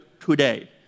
today